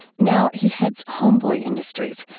now he heads homeboy industries,